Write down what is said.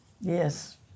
Yes